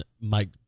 Mike